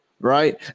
right